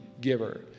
giver